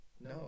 No